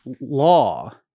law